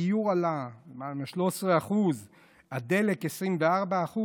הדיור עלה ב-13%; הדלק, 24%,